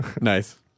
Nice